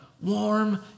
warm